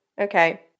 Okay